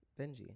Benji